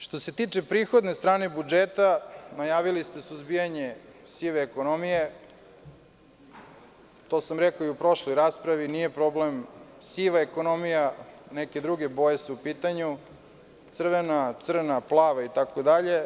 Što se tiče prihodne strane budžeta najavili suzbijanje sive ekonomije, to sam rekao i u prošloj raspravi, nije problem siva ekonomija neke druge boje su u pitanju crvena, crna, plava itd.